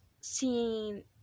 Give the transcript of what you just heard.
seeing